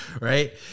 Right